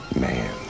man